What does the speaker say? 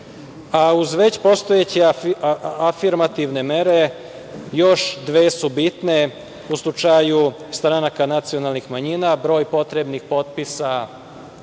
već postojeće afirmativne mere, još dve su bitne u slučaju stranaka nacionalnih manjina, broj potrebnih potpisa